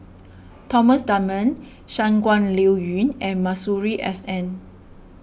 Thomas Dunman Shangguan Liuyun and Masuri S N